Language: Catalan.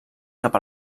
cap